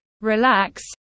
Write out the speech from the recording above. relax